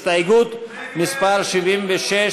הסתייגות מס' 76,